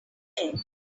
bear